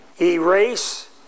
Erase